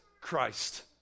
Christ